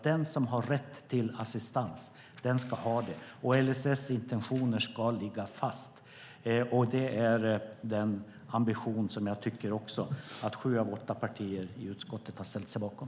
Den som har rätt till assistans ska ha det, och LSS intentioner ska ligga fast. Det är den ambition som jag också tycker att sju av åtta partier i utskottet har ställt sig bakom.